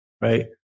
right